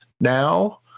now